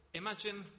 imagine